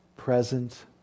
present